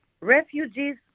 refugees